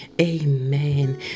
Amen